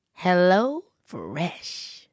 HelloFresh